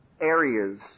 areas